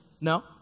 no